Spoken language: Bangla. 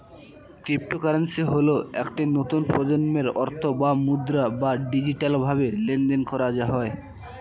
ক্রিপ্টোকারেন্সি হল একটি নতুন প্রজন্মের অর্থ বা মুদ্রা যা ডিজিটালভাবে লেনদেন করা হয়